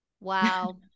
wow